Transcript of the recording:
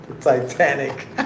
Titanic